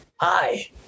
Hi